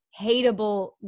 hateable